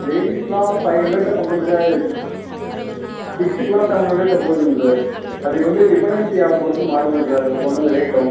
லேடீஸுக்குலாம் five ஹண்ட்ரட்டே பண்ணுறோம் sir கிட்ஸுக்குலாம் செவன் ஹண்ட்ரட்டே போதுங்க சார் அது வந்து டிப்பண்டன்ஸியை பொறுத்து மாறுது சார் ஒவ்வொன்று ரேட்டும்